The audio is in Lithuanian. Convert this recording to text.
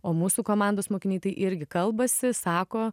o mūsų komandos mokiniai tai irgi kalbasi sako